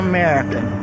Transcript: American